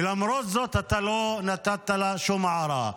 ולמרות זאת, אתה לא נתת לה שום הערה.